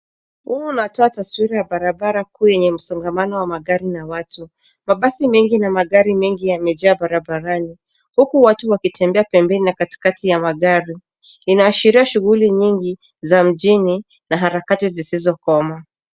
Huu unatoa taswira ya barabara kuu yenye msongamano wa magari na watu. Mabasi mengi na magari mengi yamejaa barabarani, uku watu wakitembea pembeni na katikati ya magari. Inaashiria shughuli nyingi za mjini na harakati zisizokoma.